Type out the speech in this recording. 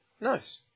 Nice